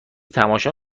تماشا